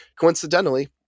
coincidentally